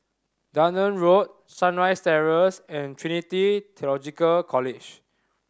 Dunearn Road Sunrise Terrace and Trinity Theological College